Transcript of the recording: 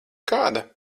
kāda